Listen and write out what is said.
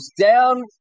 down